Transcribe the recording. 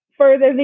further